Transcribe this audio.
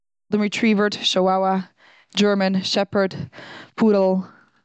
ריטריווערט, שאוואווע, דזשערמאן, שעפערד, פודל.